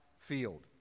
field